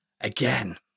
again